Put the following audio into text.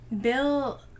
Bill